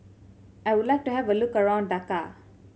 I would like to have a look around Dhaka